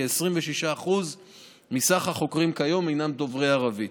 כ-26% מכלל החוקרים כיום הם דוברי ערבית.